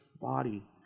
body